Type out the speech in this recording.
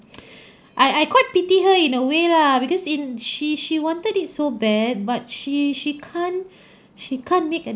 I I quite pity her in a way lah because in she she wanted it so bad but she she can't she can't make a